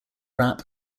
rap